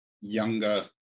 younger